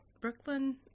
Brooklyn